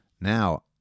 now